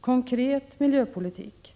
konkret miljöpolitik.